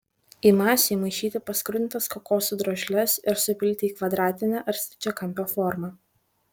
į masę įmaišyti paskrudintas kokosų drožles ir supilti į kvadratinę ar stačiakampę formą